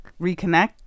reconnect